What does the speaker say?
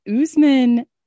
Usman